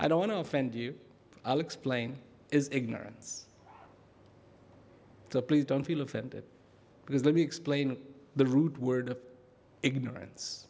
i don't want to offend you i'll explain is ignorance so please don't feel offended because let me explain the root word of ignorance